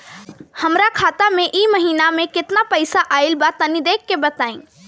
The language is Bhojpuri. हमरा खाता मे इ महीना मे केतना पईसा आइल ब तनि देखऽ क बताईं?